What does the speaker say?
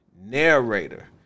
narrator